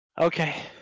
okay